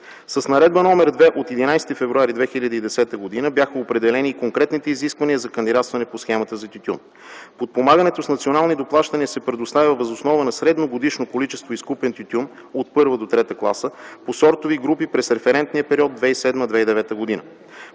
С Наредба № 2 от 11 февруари 2010 г. бяха определени конкретните изисквания за кандидатстване по схемата за тютюн. Подпомагането с национални доплащания се предоставя въз основа на средногодишно количество изкупен тютюн от първа до трета класа по сортове и групи през референтния период 2007-2009 г.